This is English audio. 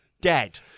dead